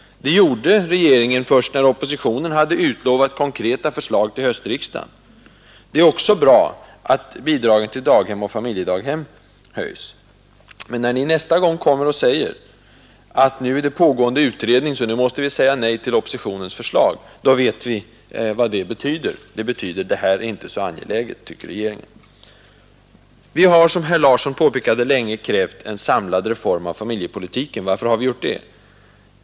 Det gjorde regeringen först när oppositionen hade utlovat konkreta förslag till höstriksdagen. Det är också bra att bidragen till daghem och familjedaghem höjs. Men när ni nästa gång kommer och säger, att nu pågår en utredning så vi måste säga nej till oppositionens förslag, då vet vi vad det betyder. Då menar ni: ”Det här är inte så angeläget, tycker vi i regeringen.” Vi har, som herr Larsson i Borrby påpekade, länge krävt en samlad reform av familjepolitiken. Varför har vi gjort det?